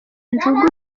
injugu